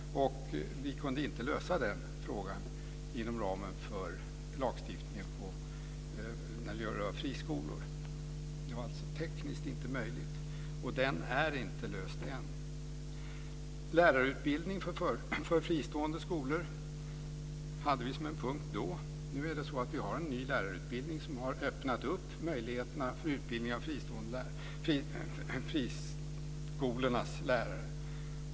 Vi kunde inte lösa den frågan inom ramen för lagstiftningen som rör friskolor. Det var alltså inte tekniskt möjligt. Den frågan är ännu inte löst. Då hade vi lärarutbildningen för fristående skolor som en punkt. Nu har vi en ny lärarutbildning som har öppnat möjligheter för utbildning av friskolornas lärare.